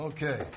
Okay